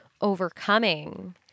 overcoming